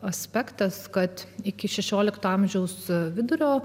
aspektas kad iki šešiolikto amžiaus vidurio